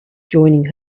joining